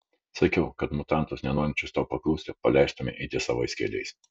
sakiau kad mutantus nenorinčius tau paklusti paleistumei eiti savais keliais